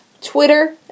Twitter